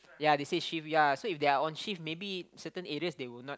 ya they say shift ya so if they're on shift maybe certain areas they will not